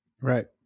Right